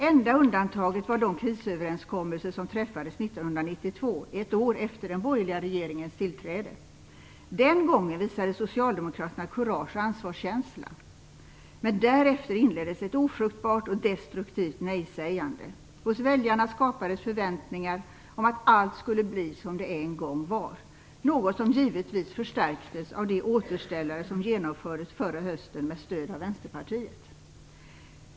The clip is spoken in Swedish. Enda undantaget var de prisöverenskommelser som träffades 1992, ett år efter den borgerliga regeringens tillträde. Den gången visade socialdemokraterna kurage och ansvarskänsla, men därefter inleddes ett ofruktbart och destruktivt nej-sägande. Hos väljarna skapades förväntningar om att allt skulle bli som det en gång var, något som givetvis förstärktes av de återställare som genomfördes förra hösten med stöd av Vänsterpartiet.